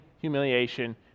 humiliation